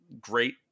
great